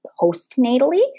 postnatally